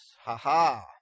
Ha-ha